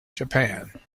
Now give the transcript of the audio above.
japan